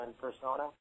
persona